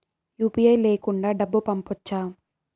UPI లేకుండా డబ్బు పంపొచ్చా